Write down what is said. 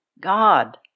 God